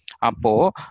Apo